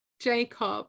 Jacob